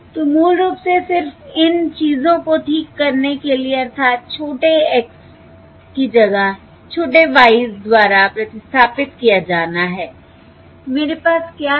तो मूल रूप से सिर्फ इन चीजों को ठीक करने के लिए अर्थात् छोटे x s की जगह छोटे y s द्वारा प्रतिस्थापन किया जाना है मेरे पास क्या है